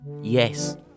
Yes